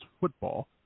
football